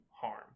harm